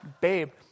babe